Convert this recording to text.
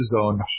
zone